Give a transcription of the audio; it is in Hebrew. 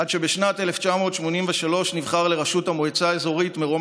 עד שבשנת 1983 נבחר לראשות המועצה האזורית מרום